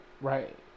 right